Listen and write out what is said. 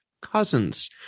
cousins